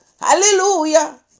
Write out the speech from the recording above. Hallelujah